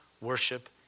worship